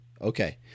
Okay